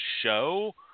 show